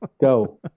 Go